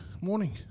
morning